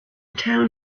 town